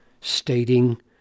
stating